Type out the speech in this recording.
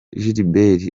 gilbert